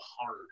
hard